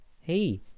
hey